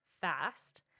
fast